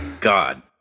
God